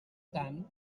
tant